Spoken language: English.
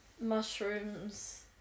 mushrooms